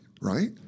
right